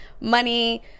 money